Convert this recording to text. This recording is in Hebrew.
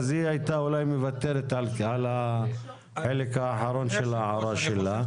אולי היא הייתה מוותרת על החלק האחרון של ההערה שלה.